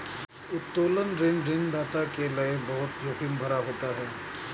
उत्तोलन ऋण ऋणदाता के लये बहुत जोखिम भरा होता है